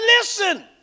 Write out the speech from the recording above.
listen